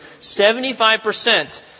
75%